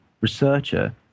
researcher